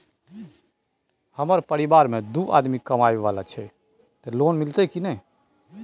हमरा परिवार में दू आदमी कमाए वाला हे ते लोन मिलते की ने?